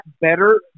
better